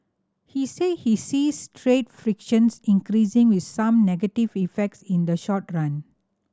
he said he sees trade frictions increasing with some negative effects in the short run